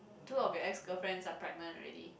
two of your ex girlfriend are pregnant already